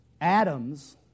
Atoms